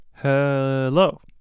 Hello